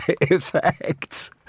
effects